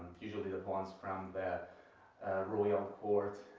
usually the ones from the royal court,